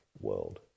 world